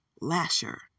Lasher